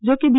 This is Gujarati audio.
જો કે બી